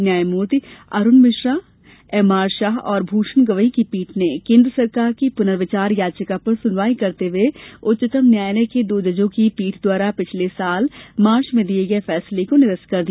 न्यायमूर्ति Arun Mishra M R Shah और भूषण गवई की पीठ ने केन्द्र सरकार की पुनर्विचार याचिका पर सुनवाई करते हुए उच्चतम न्यायालय के दो जजों की पीठ द्वारा पिछले साल मार्च में दिये गये फैसले को निरस्त कर दिया